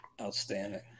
outstanding